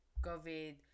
COVID